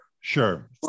Sure